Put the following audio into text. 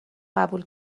قبول